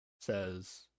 says